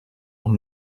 noch